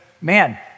man